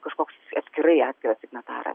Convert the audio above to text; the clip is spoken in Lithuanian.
kažkoks atskirai akto signataras